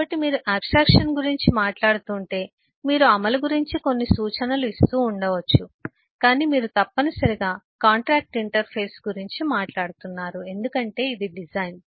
కాబట్టి మీరు ఆబ్స్ట్రాక్షన్ గురించి మాట్లాడుతుంటే మీరు అమలు గురించి కొన్ని సూచనలు ఇస్తూ ఉండవచ్చు కాని మీరు తప్పనిసరిగా కాంట్రాక్టు ఇంటర్ఫేస్ గురించి మాట్లాడుతున్నారు ఎందుకంటే ఇది డిజైన్